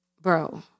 bro